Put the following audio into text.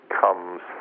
comes